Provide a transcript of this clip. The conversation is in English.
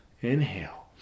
Inhale